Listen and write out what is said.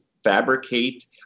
Fabricate